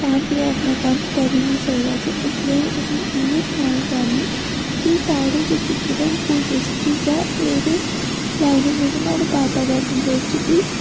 तां फ्ही ओह् अपना काम करी नि सकदा ते इसलेई अ'ऊं तुसेंगी इयै सनाना चाह्नी कि साढ़ी जेह्की उधुमपुर डिस्ट्रिक्ट ऐ एह्दे क्लाइमेट मतलब नाह्ड़े वातावरण बिच्च बी